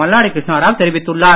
மல்லாடி கிருஷ்ணாராவ் தெரிவித்துள்ளார்